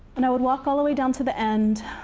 and i would walk all the way down to the end,